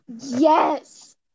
Yes